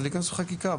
אז להיכנס בחקיקה.